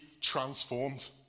transformed